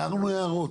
הערנו הערות.